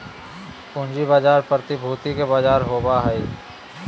पूँजी बाजार प्रतिभूति के बजार होबा हइ